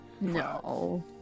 No